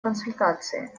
консультации